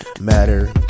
matter